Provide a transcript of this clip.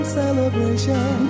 celebration